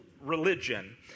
religion